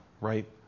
right